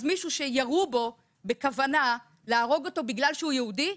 אז מישהו שירו בו בכוונה להרוג אותו בגלל שהוא יהודי,